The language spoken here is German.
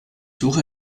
suche